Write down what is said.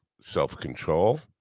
self-control